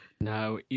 No